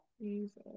Jesus